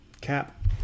cap